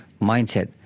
mindset